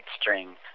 string